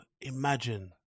Imagine